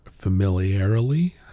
familiarly